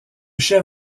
chef